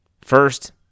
First